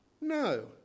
No